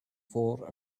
for